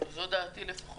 זו דעתי לפחות.